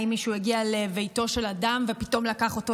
האם מישהו הגיע לביתו של אדם ופתאום לקח אותו